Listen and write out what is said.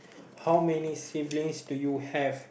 how many siblings do you have